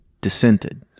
dissented